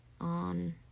on